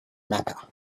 mecca